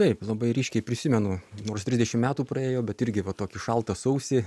taip labai ryškiai prisimenu nors trisdešimt metų praėjo bet irgi va tokį šaltą sausį